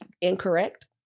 Incorrect